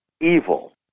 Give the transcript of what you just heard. evil